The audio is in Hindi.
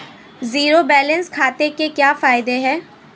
ज़ीरो बैलेंस खाते के क्या फायदे हैं?